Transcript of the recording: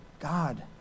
God